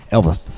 Elvis